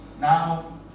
Now